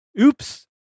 Oops